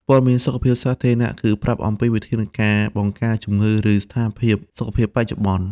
ព័ត៌មានសុខភាពសាធារណៈគឺប្រាប់ អំពីវិធានការបង្ការជំងឺ ឬស្ថានភាពសុខភាពបច្ចុប្បន្ន។